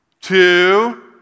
two